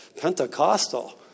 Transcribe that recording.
Pentecostal